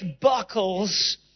buckles